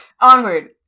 Onward